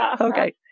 Okay